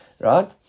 Right